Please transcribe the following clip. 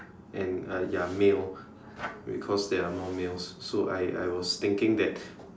and uh ya male because there are more males so I I was thinking that